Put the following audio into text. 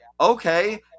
okay